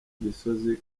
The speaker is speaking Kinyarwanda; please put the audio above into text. gisozi